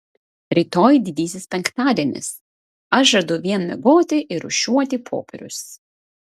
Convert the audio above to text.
rytoj didysis penktadienis aš žadu vien miegoti ir rūšiuoti popierius